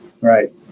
Right